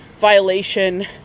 violation